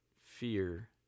fear